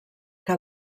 que